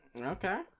Okay